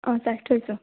অঁ ছাৰ থৈছোঁ